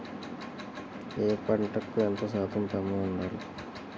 ఏ పంటకు ఎంత తేమ శాతం ఉండాలి?